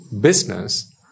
business